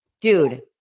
dude